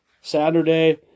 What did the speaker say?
Saturday